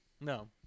No